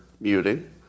muting